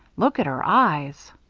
look at her eyes.